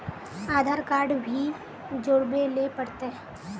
आधार card भी जोरबे ले पड़ते?